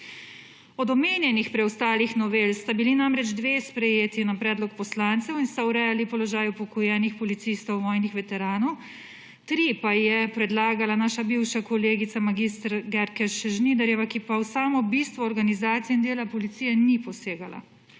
Od omenjenih preostalih novel sta bili namreč dve sprejeti na predlog poslancev in sta urejali položaj upokojenih policistov, vojnih veteranov, tri pa je predlagala naša bivša kolegica mag. Györkös Žnidarjeva, ki pa v samo bistvo organizacije in dela policije ni posegala.